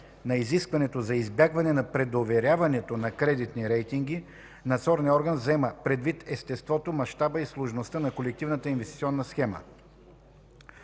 на изискването за избягване на предоверяването на кредитни рейтинги, надзорният орган взима предвид естеството, мащаба и сложността на колективната инвестиционна схема.